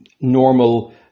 normal